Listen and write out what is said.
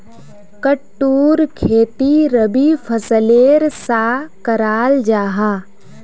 कुट्टूर खेती रबी फसलेर सा कराल जाहा